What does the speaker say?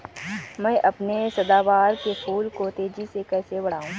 मैं अपने सदाबहार के फूल को तेजी से कैसे बढाऊं?